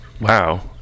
Wow